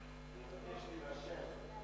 אני מבקש להירשם.